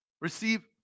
Receive